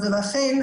לכן,